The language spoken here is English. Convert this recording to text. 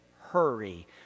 hurry